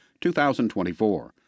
2024